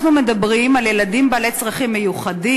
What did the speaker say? אנחנו מדברים על ילדים בעלי צרכים מיוחדים,